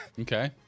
Okay